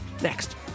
Next